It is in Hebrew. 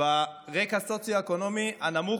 מהרקע הסוציו-אקונומי הנמוך,